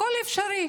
הכול אפשרי.